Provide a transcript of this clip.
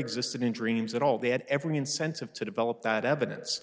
existed in dreams at all they had every incentive to develop that evidence